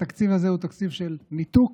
התקציב הזה הוא תקציב של ניתוק,